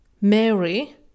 Mary